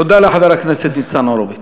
תודה לחבר הכנסת ניצן הורוביץ.